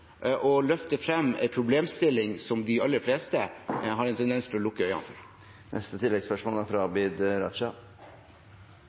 å løfte frem en problemstilling som de aller fleste har en tendens til å lukke